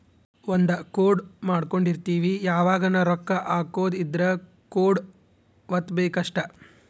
ಒಂದ ಕೋಡ್ ಮಾಡ್ಕೊಂಡಿರ್ತಿವಿ ಯಾವಗನ ರೊಕ್ಕ ಹಕೊದ್ ಇದ್ರ ಕೋಡ್ ವತ್ತಬೆಕ್ ಅಷ್ಟ